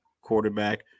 quarterback